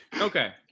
Okay